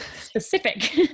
specific